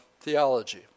theology